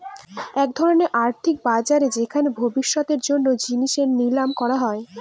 এক ধরনের আর্থিক বাজার যেখানে ভবিষ্যতের জন্য জিনিস নিলাম করা হয়